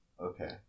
okay